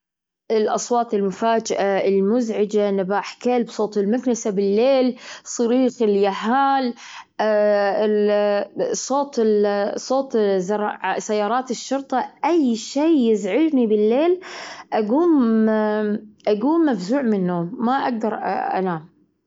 تسألني على اللغات؟ الأب والأم لوالديك، العربية، لهجة كويتية خليجية أصيلة. ما يتحدون عنها، ما يعرفون أصلا يتحدثون.